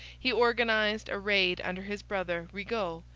he organized a raid under his brother, rigaud,